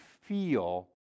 feel